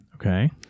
Okay